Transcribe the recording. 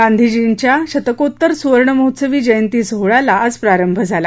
गांधीजींच्या शतकोत्तर सुवर्णमहोत्सवी जयंती सोहळ्याला आज प्रारंभ झाला